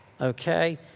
okay